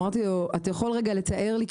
אמרתי לו אתה יכול רגע לתאר לי?